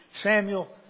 Samuel